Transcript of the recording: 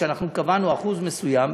ואנחנו קבענו אחוז מסוים,